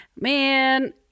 man